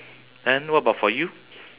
then what about for you